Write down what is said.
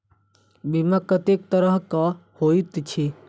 बीमा कत्तेक तरह कऽ होइत छी?